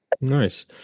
Nice